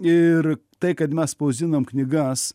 ir tai kad mes spausdinom knygas